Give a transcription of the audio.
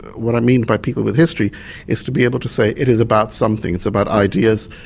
what i mean by people with history is to be able to say, it is about something. it's about ideas.